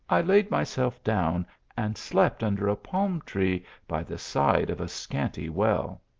i laid myself down and slept under a palm tree by the side of a scanty well.